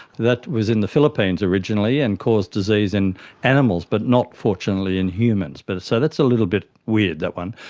that was in the philippines originally and caused disease in animals but not, fortunately, in humans. but so that's a little bit weird, that one.